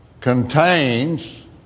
contains